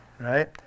right